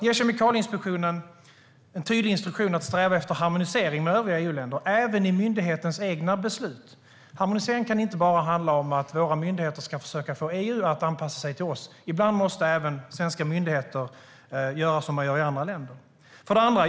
Ge Kemikalieinspektionen en tydlig instruktion att sträva efter harmonisering med övriga EU-länder, även i myndighetens egna beslut. Harmonisering kan inte bara handla om att våra myndigheter ska försöka få EU att anpassa sig till oss; ibland måste även svenska myndigheter göra som man gör i andra länder.